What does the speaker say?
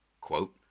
Quote